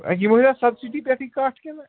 یِم ٲسیہ سَبسِیٹی کٹھ کِنہٕ